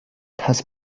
thus